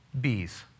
bees